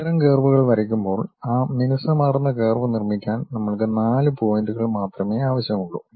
അത്തരം കർവുകൾ വരയ്ക്കുമ്പോൾ ആ മിനുസമാർന്ന കർവ് നിർമ്മിക്കാൻ നമ്മൾക്ക് 4 പോയിന്റുകൾ മാത്രമേ ആവശ്യമുള്ളൂ